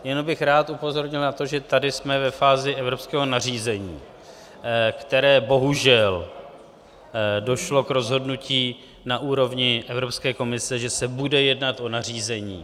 Jenom bych rád upozornil na to, že tady jsme ve fázi evropského nařízení, které bohužel došlo k rozhodnutí na úrovni Evropské komise, že se bude jednat o nařízení.